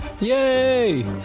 Yay